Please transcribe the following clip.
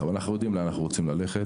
אבל אנחנו יודעים לאן אנחנו רוצים ללכת.